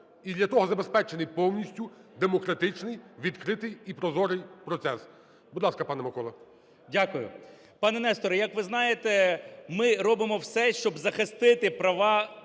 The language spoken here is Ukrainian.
І для того забезпечений повністю демократичний, відкритий і прозорий процес. Будь ласка, пане Микола. 12:44:49 КНЯЖИЦЬКИЙ М.Л. Дякую. Пане Нестор, як ви знаєте, ми робимо все, щоб захистити права